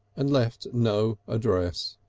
and left no address.